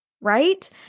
right